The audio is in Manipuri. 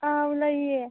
ꯑꯥꯎ ꯂꯩꯌꯦ